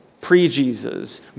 pre-Jesus